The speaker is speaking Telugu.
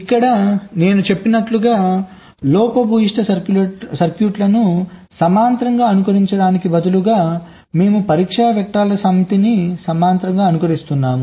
ఇక్కడ నేను చెప్పినట్లుగా లోపభూయిష్ట సర్క్యూట్లను సమాంతరంగా అనుకరించడానికి బదులుగా మేము పరీక్ష వెక్టర్ల సమితిని సమాంతరంగా అనుకరిస్తాము